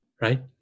right